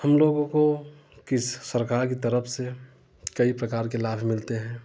हम लोगों को कृषि सरकार की तरफ से कई प्रकार के लाभ मिलते हैं